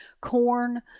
corn